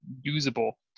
usable